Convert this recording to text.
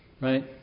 right